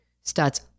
starts